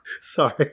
Sorry